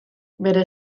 bere